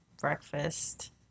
breakfast